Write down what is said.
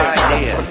idea